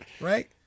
right